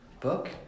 book